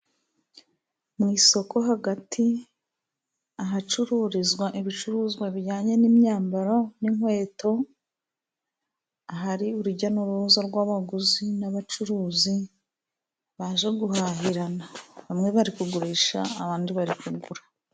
Mu isoko hagati ahacururizwa ibicuruzwa bijyanye n'imyambaro n'inkweto, ahari urujya n'uruza rw'abaguzi n'abacuruzi baje guhahirana. Bamwe bari kugurisha abandi bari kugura.